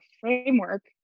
framework